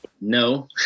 No